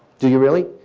do you really?